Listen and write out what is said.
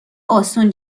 آسون